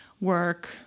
work